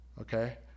okay